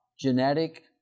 genetic